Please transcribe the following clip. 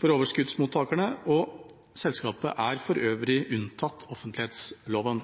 til overskuddsmottakerne og selskapet for øvrig er unntatt offentlighetsloven.